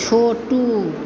छोटू